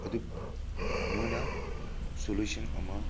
ꯑꯗꯨ ꯅꯣꯏꯅ ꯁꯣꯂꯨꯁꯟ ꯑꯃ